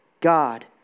God